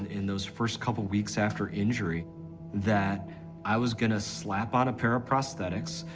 in those first couple of weeks after injury that i was gonna slap on a pair of prosthetics,